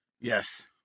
Yes